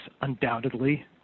undoubtedly